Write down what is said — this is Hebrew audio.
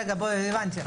רגע, הבנתי.